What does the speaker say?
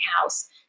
house